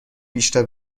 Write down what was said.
بیشتر